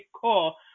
call